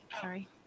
sorry